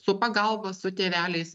su pagalba su tėveliais